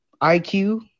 IQ